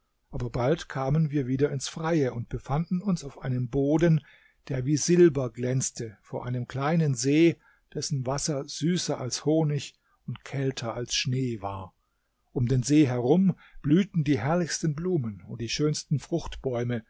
aber bald kamen wir wieder ins freie und befanden uns auf einem boden der wie silber glänzte vor einem kleinen see dessen wasser süßer als honig und kälter als schnee war um den see herum blühten die herrlichsten blumen und die schönsten